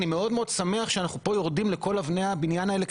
אני שמח שאנחנו יורדים פה לכל אבני הבניין האלה,